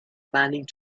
planning